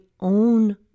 own